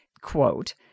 quote